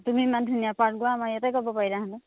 তুমি ইমান ধুনীয়া পাৰ্ট গোৱা আমাৰ ইয়াতে গাব পাৰিলাহেঁতেন